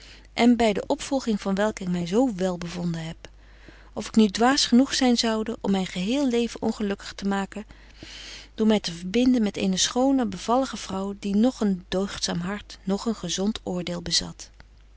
en by de opvolging van welke ik my zo wél bevonden heb of ik nu dwaas genoeg zyn zoude om myn geheel leven ongelukkig te maken door my te verbinden met eene schone bevallige vrouw die noch een deugdzaam hart noch een gezont oordeel bezat